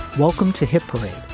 welcome to hit parade.